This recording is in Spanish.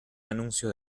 anuncio